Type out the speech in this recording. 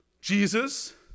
Jesus